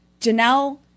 janelle